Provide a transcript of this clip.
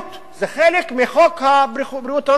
זה חלק מחוק ביטוח בריאות ממלכתי.